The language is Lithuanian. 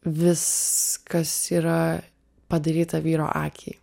viskas yra padaryta vyro akiai